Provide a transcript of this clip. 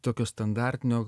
tokio standartinio